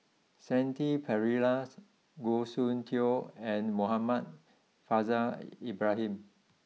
Shanti Pereiras Goh Soon Tioe and Muhammad Faishal Ibrahim